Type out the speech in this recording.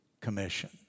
commission